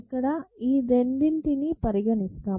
ఇక్కడ ఈ రెండిటిని పరిగణిస్తాం